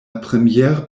première